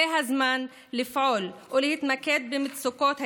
זה הזמן לפעול ולהתמקד במצוקות האזרח,